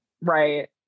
right